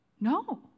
No